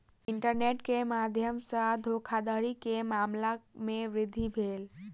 internet के माध्यम सॅ धोखाधड़ी के मामला में वृद्धि भेल